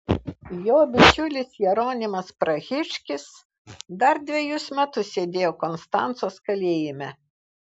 jo bičiulis jeronimas prahiškis dar dvejus metus sėdėjo konstancos kalėjime